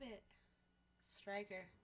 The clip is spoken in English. Striker